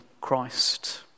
Christ